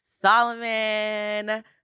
Solomon